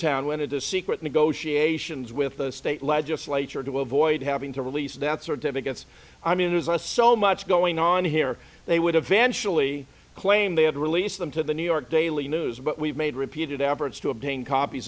town went into secret negotiations with the state legislature to avoid having to release that certificates i mean there's a so much going on here they would have eventually claimed they had to release them to the new york daily news but we've made repeated efforts to obtain copies